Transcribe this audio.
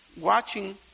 watching